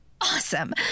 awesome